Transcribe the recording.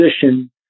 position